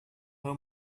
her